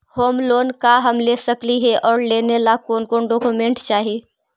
Home loan का हम ले सकली हे, और लेने ला कोन कोन डोकोमेंट चाही?